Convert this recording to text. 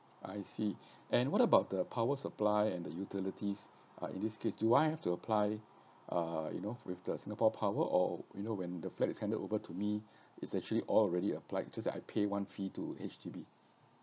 I see and what about the power supply and the utilities uh in this case do I have to apply uh you know with the singapore power or you know when the flat is handed over to me it's actually all already applied it's just that I pay one fee to H_D_B